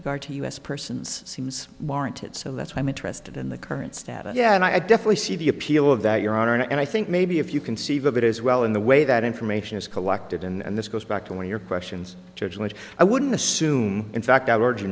regard to u s persons seems warranted so that's why i'm interested in the current status yeah and i definitely see the appeal of that your honor and i think maybe if you conceive of it as well in the way that information is collected and this goes back to when your questions judge which i wouldn't assume in fact